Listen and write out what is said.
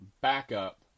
Backup